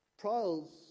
Trials